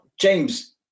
James